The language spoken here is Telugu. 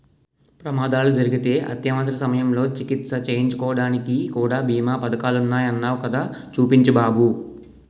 ప్రమాదాలు జరిగితే అత్యవసర సమయంలో చికిత్స చేయించుకోడానికి కూడా బీమా పదకాలున్నాయ్ అన్నావ్ కదా చూపించు బాబు